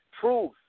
truth